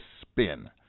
spin